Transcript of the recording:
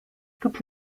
toute